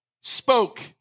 spoke